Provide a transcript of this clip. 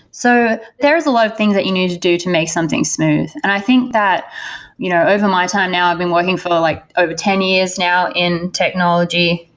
so there're a lot of things that you needed to do to make something smooth, and i think that you know over my time now, i've been looking for like over ten years now in technology,